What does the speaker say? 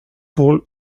pour